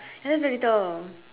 ya that's very little